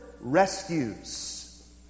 rescues